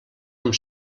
amb